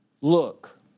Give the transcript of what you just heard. look